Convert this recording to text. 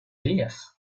griefs